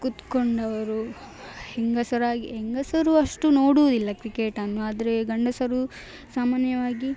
ಕುತ್ಕೊಂಡು ಅವರು ಹೆಂಗಸರು ಆಗಿ ಹೆಂಗಸರು ಅಷ್ಟು ನೋಡುವುದಿಲ್ಲ ಕ್ರಿಕೆಟನ್ನು ಆದರೆ ಗಂಡಸರು ಸಾಮಾನ್ಯವಾಗಿ